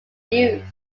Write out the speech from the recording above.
used